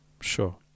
Sure